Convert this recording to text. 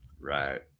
Right